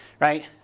right